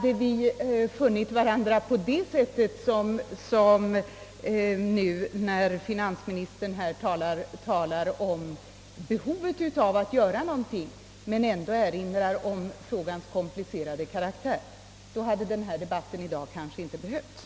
Om vi hade funnit varandra den gången som vi har gjort nu, när finansministern här talar om behovet av att göra någonting och samtidigt erinrar om frågans komplicerade karaktär, så hade debatten i dag kanske varit onödig.